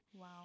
Wow